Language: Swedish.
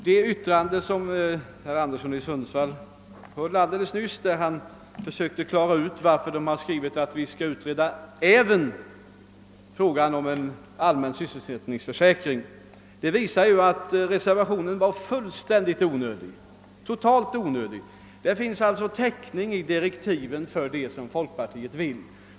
Herr talman! Herr Andersons i Sundsvall yttrande nyss, i vilket han försökte klara ut varför man skrivit att vi skall utreda även frågan om en allmän sysselsättningsförsäkring, visar att reservationen var fullständigt onödig. Det finns alltså täckning i direktiven för vad folkpartiet vill.